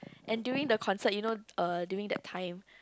and during the concert you know uh during that time